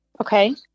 Okay